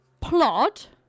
plot